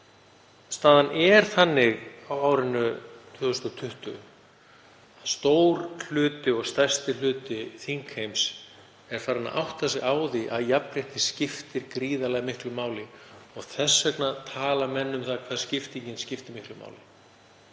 staðan er þannig á árinu 2020 að stór hluti og stærsti hluti þingheims er farinn að átta sig á því að jafnrétti skiptir gríðarlega miklu máli og þess vegna tala menn um hvað skiptingin skipti miklu.